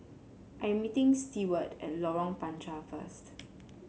I am meeting Steward at Lorong Panchar first